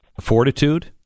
fortitude